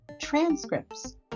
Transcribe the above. transcripts